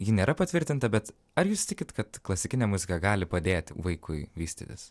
ji nėra patvirtinta bet ar jūs tikit kad klasikinė muzika gali padėti vaikui vystytis